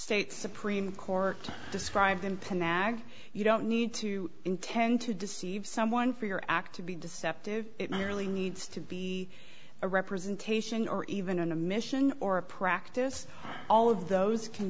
state supreme court described in pinera you don't need to intend to deceive someone for your act to be deceptive nearly needs to be a representation or even a mission or a practice all of those can